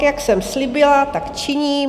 Jak jsem slíbila, tak činím.